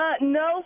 No